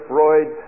Freud